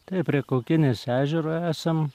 tai prie kaukinės ežero esam